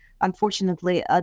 unfortunately